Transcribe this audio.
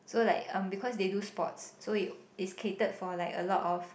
so like um because they do sports so it it's catered for like a lot of